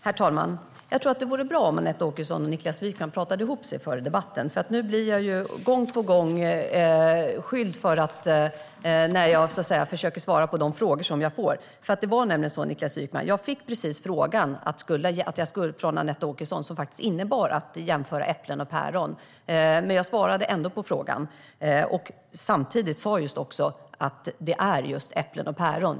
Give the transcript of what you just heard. Herr talman! Jag tror att det vore bra om Anette Åkesson och Niklas Wykman kunde prata ihop sig före debatten, för nu blir jag gång på gång beskylld när jag försöker svara på de frågor jag får. Det var nämligen så, Niklas Wykman, att jag precis fick en fråga av Anette Åkesson som innebar att jämföra äpplen och päron. Jag svarade ändå på frågan, men jag sa samtidigt att det just är äpplen och päron.